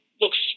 looks